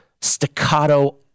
staccato